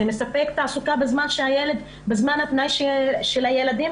זה מספק תעסוקה בזמן הפנאי של הילדים,